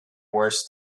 worst